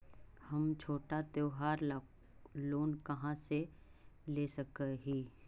हम छोटा त्योहार ला लोन कहाँ से ले सक ही?